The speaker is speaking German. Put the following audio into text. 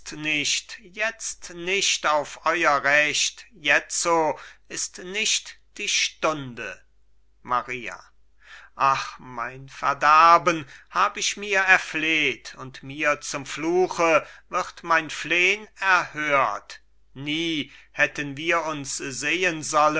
nicht jetzt nicht auf euer recht jetzo ist nicht die stunde maria ach mein verderben hab ich mir erfleht und mir zum fluche wird mein flehn erhört nie hätten wir uns sehen sollen